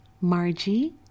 Margie